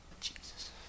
Jesus